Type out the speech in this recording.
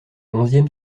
onzième